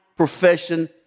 profession